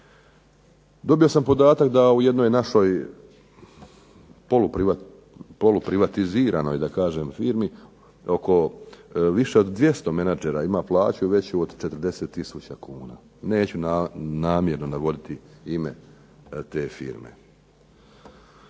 Dobio sam podatak da u jednoj našoj poluprivatiziranoj firmi više od 200 menadžera ima plaću veću od 40 tisuća kuna, neću namjerno govoriti ime te firme.